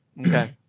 Okay